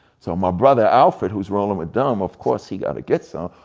so, my brother alfred, who's rolling with them, of course he gotta get some.